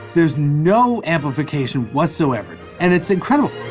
there's no amplification whatsoever and it's incredible.